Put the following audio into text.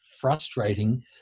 frustrating